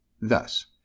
Thus